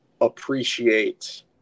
appreciate